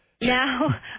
Now